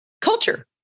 culture